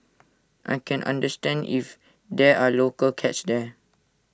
I can understand if there are local cats there